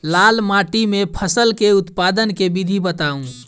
लाल माटि मे फसल केँ उत्पादन केँ विधि बताऊ?